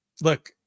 look